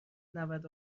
نود